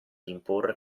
imporre